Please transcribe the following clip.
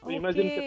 imagine